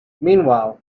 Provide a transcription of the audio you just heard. meanwhile